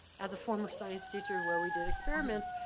as a former science teacher where we did experiments,